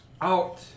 Out